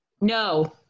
No